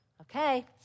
Okay